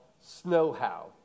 snow-how